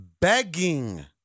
begging